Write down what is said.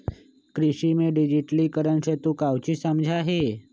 कृषि में डिजिटिकरण से तू काउची समझा हीं?